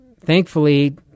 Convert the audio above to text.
thankfully